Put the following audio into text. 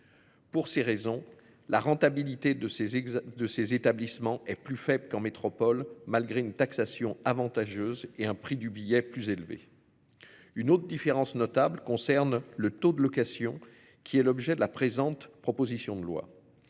Pour ces raisons, la rentabilité de ses de ces établissements est plus faible qu'en métropole malgré une taxation avantageuse et un prix du billet plus élevé. Une autre différence notable concerne le taux de location qui est l'objet de la présente, proposition de loi.